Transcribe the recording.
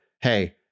Hey